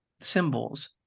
symbols